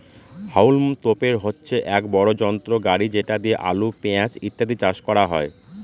হাউলম তোপের হচ্ছে এক বড় যন্ত্র গাড়ি যেটা দিয়ে আলু, পেঁয়াজ ইত্যাদি চাষ করা হয়